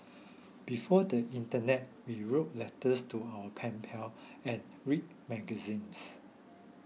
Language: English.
before the internet we wrote letters to our pen pal and read magazines